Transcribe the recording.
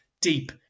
deep